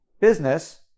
business